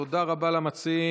תודה רבה למציעים.